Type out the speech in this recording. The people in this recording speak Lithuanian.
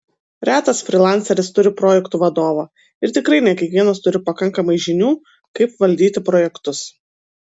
retas frylanceris turi projektų vadovą ir tikrai ne kiekvienas turi pakankamai žinių kaip valdyti projektus